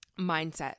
mindset